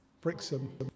Brixham